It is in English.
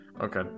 Okay